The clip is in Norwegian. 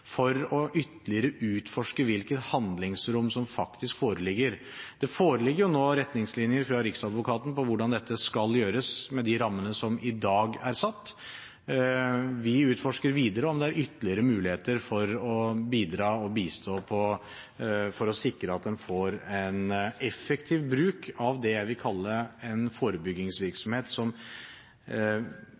for ytterligere å utforske hvilket handlingsrom som faktisk foreligger. Det foreligger nå retningslinjer fra Riksadvokaten for hvordan dette skal gjøres, ut fra de rammene som i dag er satt. Vi utforsker videre om det er ytterligere muligheter for å bidra og bistå, for å sikre at en får en effektiv bruk av det jeg vil kalle en forebyggingsvirksomhet som,